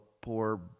poor